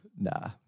Nah